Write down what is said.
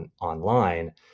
online